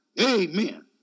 Amen